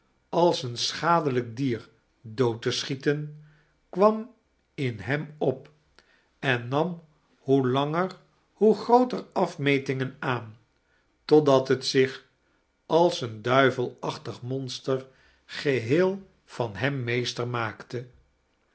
als een schadelijk dier dood te schieten kwam in hem op en nam hoe langer hoe grooter afrnetingen aan totdat het zioh als een duivelachtig monster geheel van hem meester maakta